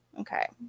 Okay